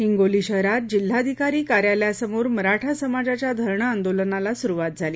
हिंगोली शहरात जिल्हाधिकारी कार्यालया समोर मराठा समाजाच्या धरणे आंदोलनाला सुरुवात झाली